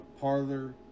parlor